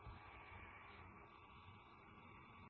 आपका धन्यवाद